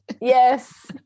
yes